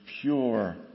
pure